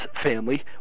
family